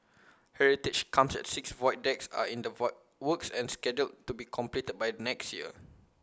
heritage corners at six void decks are in the work works and scheduled to be completed by next year